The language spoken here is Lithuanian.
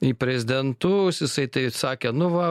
į prezidentus jisai tai sakė nu va